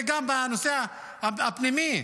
וגם בנושא הפנימי,